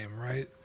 right